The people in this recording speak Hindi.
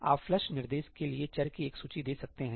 आप फ्लश निर्देश के लिए चर की एक सूची दे सकते हैं